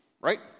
right